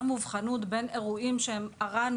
בין התפקיד של הביטוח הלאומי בעניין